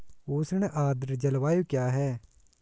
उष्ण आर्द्र जलवायु क्या है?